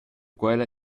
quella